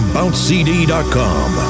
BounceCD.com